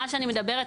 על מה שאני מדברת,